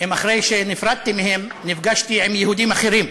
אם אחרי שנפרדתי מהן נפגשתי עם יהודים אחרים.